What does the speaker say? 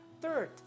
Third